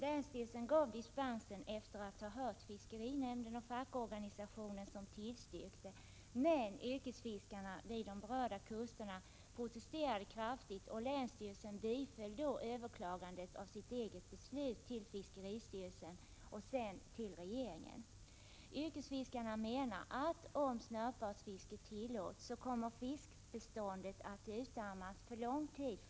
Länsstyrelsen gav dispens efter att ha hört fiskerinämnden och den fackliga organisationen som tillstyrkte. Men yrkesfiskarna längs de berörda kusterna protesterade kraftigt. Länsstyrelsen biföll därför överklagandet av sitt eget beslut — först hade man överklagat till fiskeristyrelsen och sedan till regeringen. Yrkesfiskarna menar att fiskbeståndet kommer att utarmas för lång tid framöver, om snörpvadsfiske tillåts.